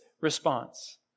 response